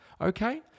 okay